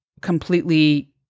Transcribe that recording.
completely